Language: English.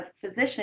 physician